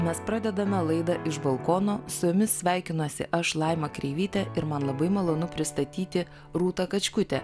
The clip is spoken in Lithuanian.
mes pradedame laidą iš balkono su jumis sveikinuosi aš laima kreivytė ir man labai malonu pristatyti rūta kačkutę